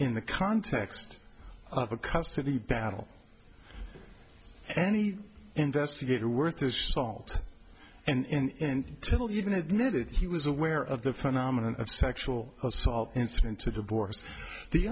in the context of a custody battle any investigator worth his salt and tell you even admitted he was aware of the phenomenon of sexual assault incident to divorce the